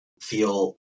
feel